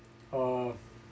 uh